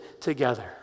together